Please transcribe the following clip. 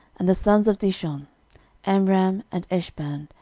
and the sons of dishon amram, and eshban,